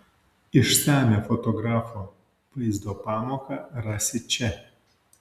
išsamią fotografo vaizdo pamoką rasi čia